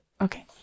Okay